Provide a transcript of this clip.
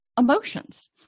emotions